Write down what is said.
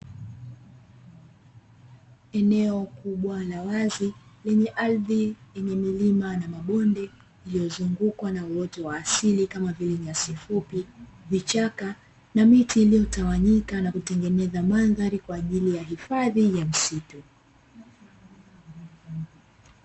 Eneo kubwa la wazi lenye ardhi yenye milima na mabonde iliyozungukwa na uoto wa asili kama vile: nyasi fupi, vichaka na miti iliyotawanyika na kutengeneza mandhari kwaajili ya hifadhi ya msitu.